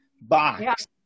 box